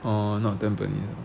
orh not tampines